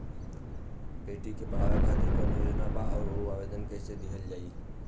बेटी के पढ़ावें खातिर कौन योजना बा और ओ मे आवेदन कैसे दिहल जायी?